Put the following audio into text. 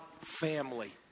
family